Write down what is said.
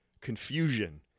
Confusion